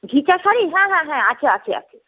ঘিচা শাড়ি হ্যাঁ হ্যাঁ হ্যাঁ আছে আছে আছে